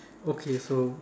okay so